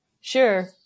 Sure